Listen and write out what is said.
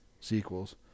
sequels